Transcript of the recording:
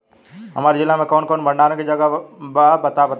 हमरा जिला मे कवन कवन भंडारन के जगहबा पता बताईं?